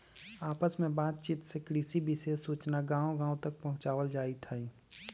आपस में बात चित से कृषि विशेष सूचना गांव गांव तक पहुंचावल जाईथ हई